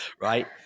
right